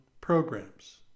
programs